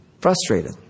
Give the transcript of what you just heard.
Frustrated